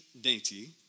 dainty